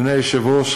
אדוני היושב-ראש,